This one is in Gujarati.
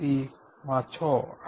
66 0